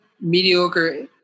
mediocre